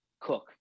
cook